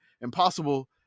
impossible